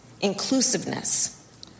inclusiveness